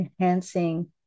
enhancing